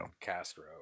Castro